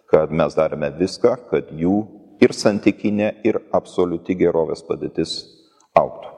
kad mes darėme viską kad jų ir santykinė ir absoliuti gerovės padėtis augtų